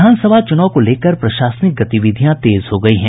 विधानसभा चूनाव को लेकर प्रशासनिक गतिविधियां तेज हो गयी हैं